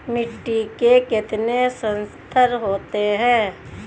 मिट्टी के कितने संस्तर होते हैं?